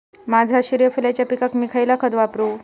माझ्या सूर्यफुलाच्या पिकाक मी खयला खत वापरू?